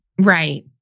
Right